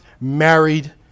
married